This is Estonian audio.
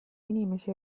inimesi